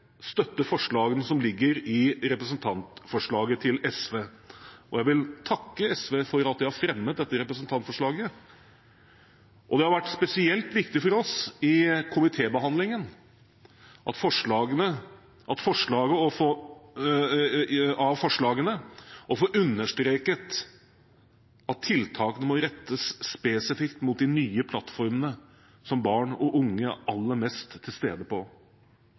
støtte forslagene som ligger i representantforslaget til SV, og jeg vil takke SV for at de har fremmet dette representantforslaget. Det har vært spesielt viktig for oss i komitébehandlingen av forslagene å få understreket at tiltakene må rettes spesifikt mot de nye plattformene som barn og unge er aller mest til stede på.